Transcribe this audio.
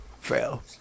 Fail